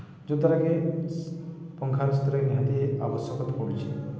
ଯତ୍ଦ୍ଵାରାକି ପଙ୍ଖାର ସେଥିରେ ନିହାତି ଆବଶ୍ୟକତା ପଡ଼ୁଛେ